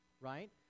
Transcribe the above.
right